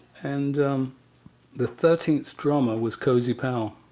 and the thirteenth drummer was cozy powell.